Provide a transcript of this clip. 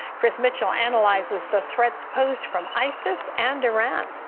chris mitchell analyzes the threats posed from isis and iran.